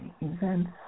Events